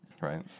Right